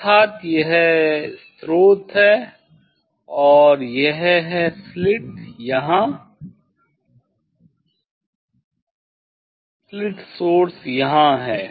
अर्थात यह स्रोत है और यह है स्लिट यहाँ है स्लिट सोर्स यहाँ है